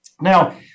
Now